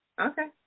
Okay